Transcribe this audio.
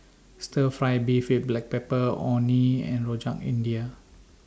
Stir Fry Beef with Black Pepper Orh Nee and Rojak India